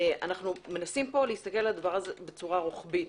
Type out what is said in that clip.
אנו מנסים פה להסתכל על זה בצורה רוחבית